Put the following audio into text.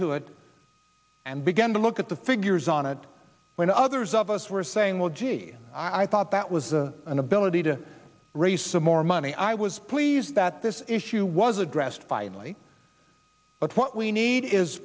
to it and began to look at the figures on it when others of us were saying well gee i thought that was the inability to raise some more money i was pleased that this issue was addressed finally but what we need is